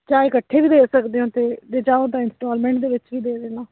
ਚਾਹੇ ਇਕੱਠੇ ਵੀ ਦੇ ਸਕਦੇ ਹੋ ਅਤੇ ਜੇ ਚਾਹੋ ਤਾਂ ਇੰਸਟੋਲਮੈਂਟ ਦੇ ਵਿੱਚ ਵੀ ਦੇ ਦੇਣਾ